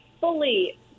fully